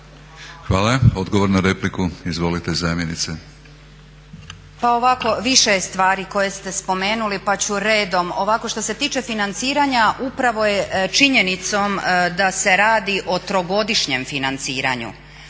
Hvala. Odgovor na repliku, izvolite zamjenice.